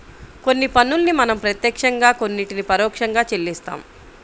కొన్ని పన్నుల్ని మనం ప్రత్యక్షంగా కొన్నిటిని పరోక్షంగా చెల్లిస్తాం